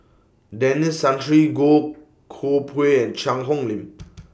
Denis Santry Goh Koh Pui and Cheang Hong Lim